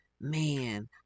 man